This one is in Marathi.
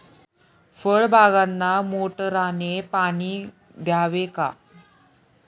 फळबागांना मोटारने पाणी द्यावे का?